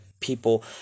people